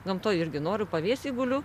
gamtoj irgi noriu pavėsy guliu